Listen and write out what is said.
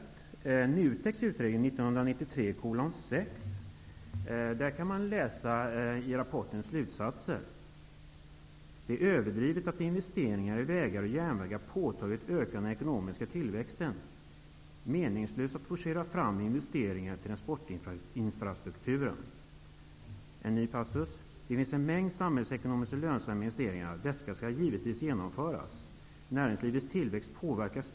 I NUTEK:s utredning 1993:6 kan man läsa i rapportens slutsatser att det är överdrivet att säga att investeringar i vägar och järnvägar påtagligt ökar den ekonomiska tillväxten och att det är meningslöst att forcera fram investeringar i transportinfrastrukturen. I en annan passus talas om att det finns en mängd samhällsekonomiskt lönsamma investeringar, och att dessa givetvis skall genomföras, men att näringslivets tillväxt inte påtagligt påverkas.